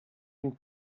une